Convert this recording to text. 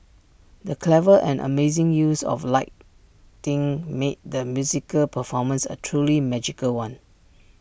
the clever and amazing use of lighting made the musical performance A truly magical one